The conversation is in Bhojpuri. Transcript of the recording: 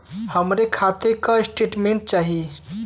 हमरे खाता के स्टेटमेंट चाही?